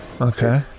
Okay